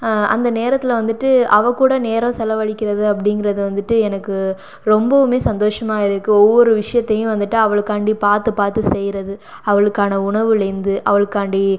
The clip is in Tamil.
அந்த நேரத்தில் வந்துட்டு அவள் கூட நேரம் செலவழிக்கிறது அப்படிங்குறது வந்துட்டு எனக்கு ரொம்பவுமே சந்தோஷமாக இருக்குது ஒவ்வொரு விஷயத்தையும் வந்துவிட்டு அவளுக்காண்டி பார்த்து பார்த்து செய்யறது அவளுக்கான உணவுலேருந்து அவளுக்காண்டி